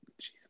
Jesus